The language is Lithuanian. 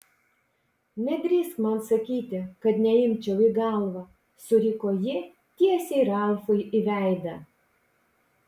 nedrįsk man sakyti kad neimčiau į galvą suriko ji tiesiai ralfui į veidą